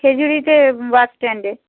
খেজুরিতে bus স্ট্যান্ডে